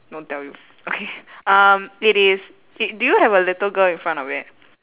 don't tell you okay um it is it do you have a little girl in front of it